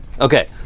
Okay